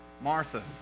Martha